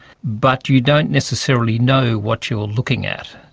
but you don't necessarily know what you're looking at.